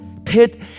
pit